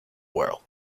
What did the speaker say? world